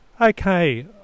Okay